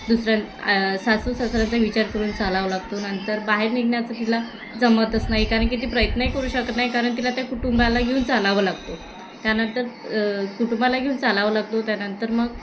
दुसऱ्यां सासू सासऱ्यांचा विचार करून चालावं लागतो नंतर बाहेर निघण्याचं तिला जमतच नाही कारण की ती प्रयत्नही करू शकत नाही कारण तिला त्या कुटुंबाला घेऊन चालावं लागतो त्यानंतर कुटुंबाला घेऊन चालावं लागतो त्यानंतर मग